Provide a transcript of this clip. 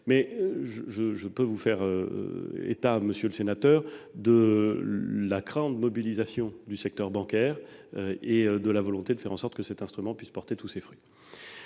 Mais je peux vous faire état, monsieur le sénateur, de la grande mobilisation du secteur bancaire et de la volonté que cet instrument puisse porter tous ses fruits.